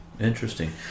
Interesting